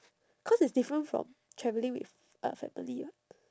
cause it's different from traveling with uh family [what]